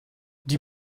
die